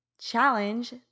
challenge